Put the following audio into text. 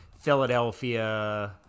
Philadelphia